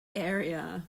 area